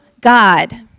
God